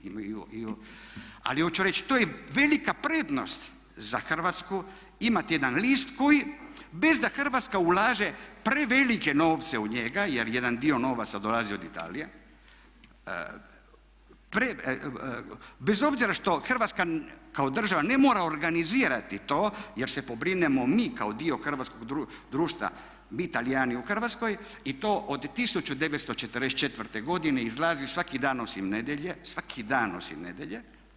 Ali hoću reći to je velik prednost za Hrvatsku imati jedan list koji bez da Hrvatska ulaže prevelike novce u njega jer jedan dio novaca dolazi od Italije, bez obzira što Hrvatska kao država ne mora organizirati to jer se pobrinemo mi kao dio hrvatskog društva, mi Talijani u Hrvatskoj i to od 1944. godine izlazi svaki dan osim nedjelje, svaki dan osim nedjelje.